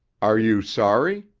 are you sorry?